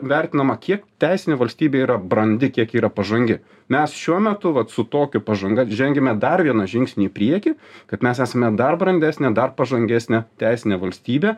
vertinama kiek teisinė valstybė yra brandi kiek ji yra pažangi mes šiuo metu vat su tokia pažanga žengiame dar vieną žingsnį į priekį kad mes esame dar brandesnė dar pažangesnė teisinė valstybė